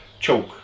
chalk